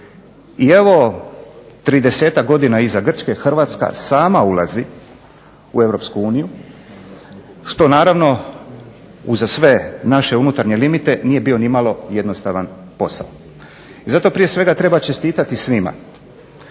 tridesetak godina iza Grčke Hrvatska sama ulazi u EU, što naravno uza sve naše unutarnje limite nije bio nimalo jednostavan posao. I zato prije svega treba čestitati svima